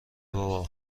بابا